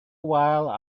while